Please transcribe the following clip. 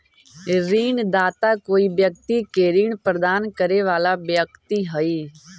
ऋणदाता कोई व्यक्ति के ऋण प्रदान करे वाला व्यक्ति हइ